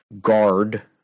guard